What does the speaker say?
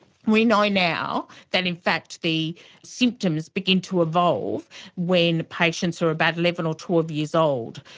we know now that in fact the symptoms begin to evolve when patients are about eleven or twelve years old.